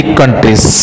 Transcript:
countries